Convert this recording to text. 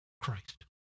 Christ